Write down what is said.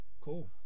Cool